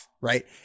right